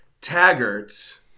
Taggart